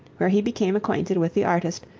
where he became acquainted with the artist,